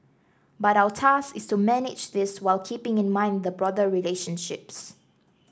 but our task is to manage this whilst keeping in mind the broader relationships